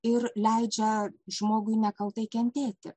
ir leidžia žmogui nekaltai kentėti